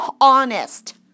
Honest